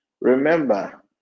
remember